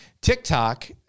TikTok